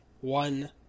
One